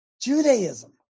Judaism